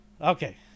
Okay